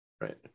right